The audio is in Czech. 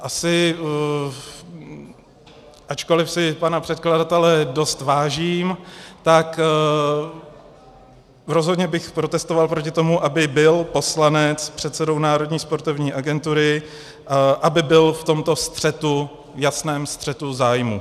Asi ačkoliv si pana předkladatele dost vážím, tak rozhodně bych protestoval proti tomu, aby byl poslanec předsedou Národní sportovní agentury, aby byl v tomto jasném střetu zájmů.